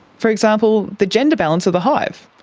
for example, the gender balance of the hive,